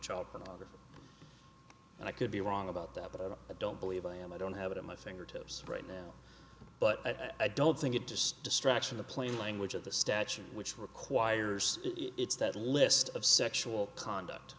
child pornography and i could be wrong about that but i don't believe i am i don't have it at my fingertips right now but i don't think it just distraction the plain language of the statute which requires it's that list of sexual conduct